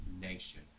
nation